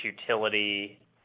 utility